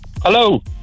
Hello